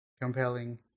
compelling